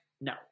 No